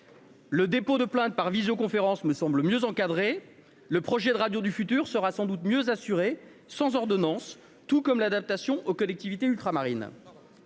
Le dépôt de plainte par visioconférence me semble mieux encadrer le projet de radio du futur sera sans doute mieux assurée sans ordonnance, tout comme l'adaptation aux collectivités ultramarines.